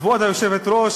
כבוד היושבת-ראש,